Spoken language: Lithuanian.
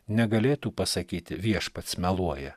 negalėtų pasakyti viešpats meluoja